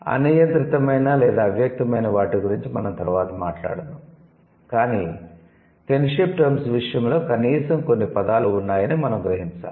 అనియంత్రితమైన లేదా అవ్యక్తమైన వాటి గురించి మనం తర్వాత మాట్లాడుదాము కాని 'కిన్షిప్ టర్మ్స్' విషయంలో కనీసం కొన్ని పదాలు ఉన్నాయని మనం గ్రహించాలి